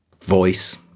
voice